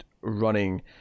running